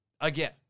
Again